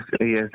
yes